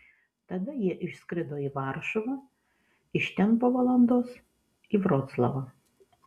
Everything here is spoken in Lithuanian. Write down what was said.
tada jie išskrido į varšuvą iš ten po valandos į vroclavą